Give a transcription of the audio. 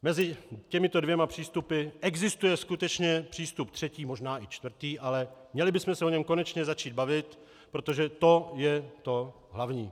Mezi těmito dvěma přístupy existuje skutečně přístup třetí, možná i čtvrtý, ale měli bychom se o něm konečně začít bavit, protože to je to hlavní.